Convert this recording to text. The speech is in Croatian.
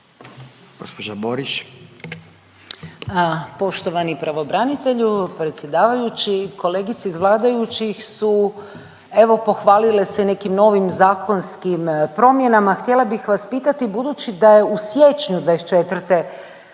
(Možemo!)** Poštovani pravobranitelju, predsjedavajući. Kolegice iz vladajućih su evo pohvalile se nekim novim zakonskim promjena, htjela bih vas pitati budući da je u siječnju '24. stupio